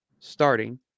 Starting